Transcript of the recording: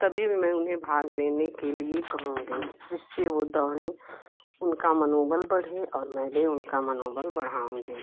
तभी मैं उन्हें भाग लेने के लिए कहूँगी जिससे वो दौड़ें उनका मनोबन बढ़े और मैं भी उनका मनोबन बढ़ाऊँगी